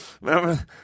remember